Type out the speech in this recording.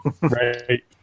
Right